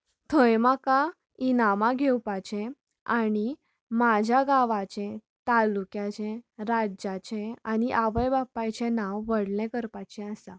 थंय म्हाका इनामां घेवपाची आनी म्हज्या गांवाचे तालुक्याचे राज्याचे आनी आवय बापायचे नांव व्हडले करपाचे आसा